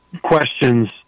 questions